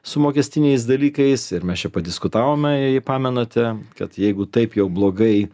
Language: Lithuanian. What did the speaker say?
su mokestiniais dalykais ir mes čia padiskutavome jei pamenate kad jeigu taip jau blogai